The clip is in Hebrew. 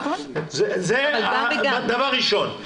זה דבר ראשון,